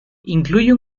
incluye